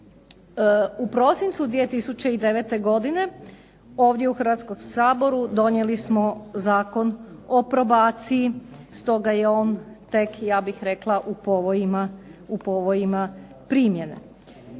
U prosincu 2009. godine ovdje u Hrvatskom saboru donijeli smo Zakon o probaciji, stoga je on tek ja bih rekla u povojima primjene.